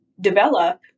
develop